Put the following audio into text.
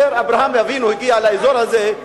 כאשר אברהם אבינו הגיע לאזור הזה,